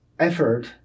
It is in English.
Effort